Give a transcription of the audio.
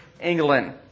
England